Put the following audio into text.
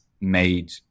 made